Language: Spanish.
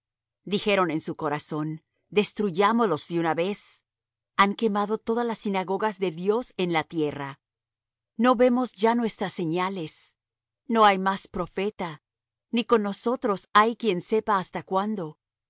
dijeron en su corazón destruyámoslos de una vez han quemado todas las sinagogas de dios en el tierra no vemos ya nuestras señales no hay más profeta ni con nosotros hay quien sepa hasta cuándo